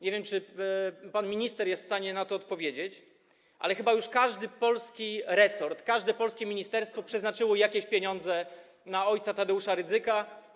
Nie wiem, czy pan minister jest w stanie to potwierdzić, ale wydaje mi się, że chyba już każdy polski resort, każde polskie ministerstwo przeznaczyło jakieś pieniądze na ojca Tadeusza Rydzyka.